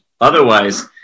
Otherwise